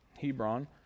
Hebron